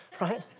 right